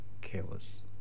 chaos